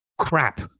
crap